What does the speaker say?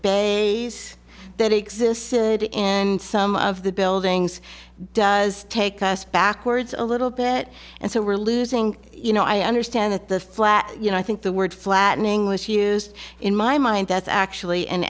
big that exists and some of the buildings does take us backwards a little bit and so we're losing you know i understand that the flat you know i think the word flattening was used in my mind that's actually an